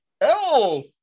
elf